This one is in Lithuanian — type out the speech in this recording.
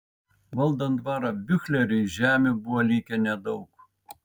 valdant dvarą biuchleriui žemių buvo likę nedaug